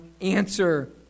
answer